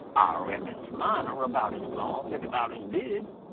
ah reckons mine are about as long and about as big,